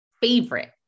favorite